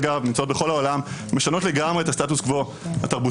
אגב; הן נמצאות בכל העולם משנות לגמרי את הסטטוס-קוו התרבותי,